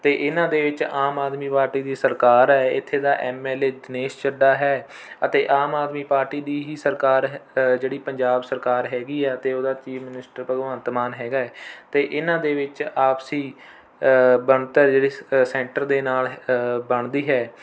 ਅਤੇ ਇਹਨਾਂ ਦੇ ਵਿੱਚ ਆਮ ਆਦਮੀ ਪਾਰਟੀ ਦੀ ਸਰਕਾਰ ਹੈ ਇੱਥੇ ਦਾ M L A Dinesh Chadha ਹੈ ਅਤੇ ਆਮ ਆਦਮੀ ਪਾਰਟੀ ਦੀ ਹੀ ਸਰਕਾਰ ਹੈ ਜਿਹੜੀ ਪੰਜਾਬ ਸਰਕਾਰ ਹੈਗੀ ਹੈ ਅਤੇ ਉਹਦਾ ਚੀਫ ਮਨਿਸਟਰ ਭਗਵੰਤ ਮਾਨ ਹੈਗਾ ਹੈ ਅਤੇ ਇਹਨਾਂ ਦੇ ਵਿੱਚ ਆਪਸੀ ਬਣਤਰ ਜਿਹੜੀ ਸ ਸੈਂਟਰ ਦੇ ਨਾਲ ਬਣਦੀ ਹੈ